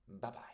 Bye-bye